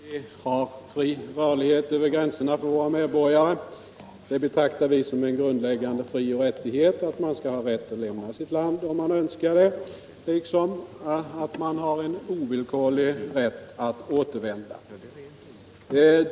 Herr talman! Vi har fri rörlighet över gränserna för våra medborgare. Vi betraktar det som en grundläggande frioch rättighet att man skall ha rätt att lämna sitt land om man önskar det, liksom att man har en ovillkorlig rätt att återvända.